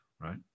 right